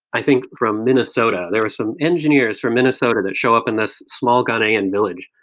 i think from minnesota. there were some engineers from minnesota that show up in this small ghanaian village,